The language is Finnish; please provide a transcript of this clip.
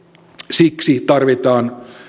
siksi tarvitaan